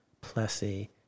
Plessy